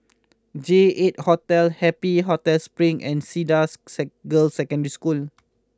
J eight Hotel Happy Hotel Spring and Cedars seg Girls' Secondary School